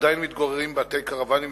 עדיין מתגוררים באתרי קרוונים זמניים,